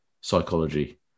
psychology